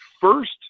first